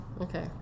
Okay